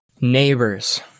neighbors